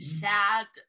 sad